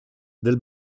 del